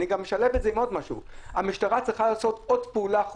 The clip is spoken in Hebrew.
אני גם משלב את זה עם עוד משהו,